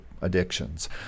addictions